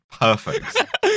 Perfect